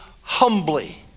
humbly